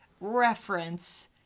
reference